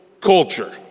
culture